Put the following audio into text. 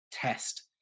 test